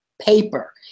paper